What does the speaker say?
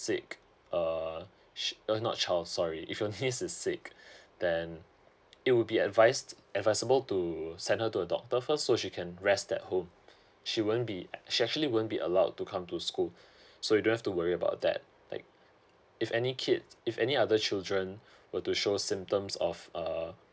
sick uh she uh not child sorry if your niece is sick then it would be advised advisable to send her to a doctor first so she can rest at home she won't be she actually won't be allowed to come to school so you don't have to worry about that like if any kids if any other children were to show symptoms of err